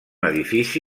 edifici